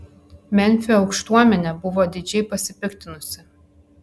memfio aukštuomenė buvo didžiai pasipiktinusi